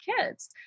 kids